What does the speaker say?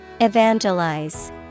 Evangelize